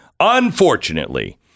Unfortunately